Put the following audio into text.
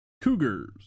cougars